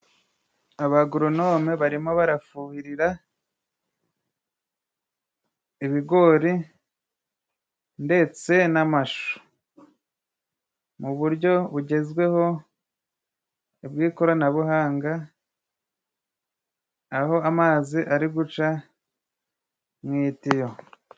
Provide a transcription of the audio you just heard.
Abagororonome barimo barafuhirira ibigori ndetse n'amashu mu uburyo bugezweho bw'ikoranabuhanga, aho amazi ari guca mu itiyo.